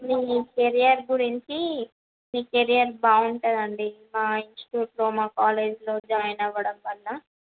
మి career గురించి మి career బాగుంటుందండి మా ఇన్స్టిట్యూట్లో మా కాలేజ్లో జాయిన్ అవ్వడం వల్ల